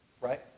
right